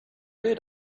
did